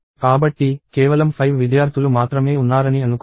కాబట్టి కేవలం 5 విద్యార్థులు మాత్రమే ఉన్నారని అనుకుందాం